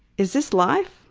is this life?